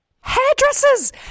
Hairdressers